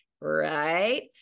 right